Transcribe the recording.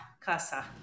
Casa